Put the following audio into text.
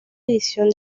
edición